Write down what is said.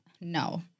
No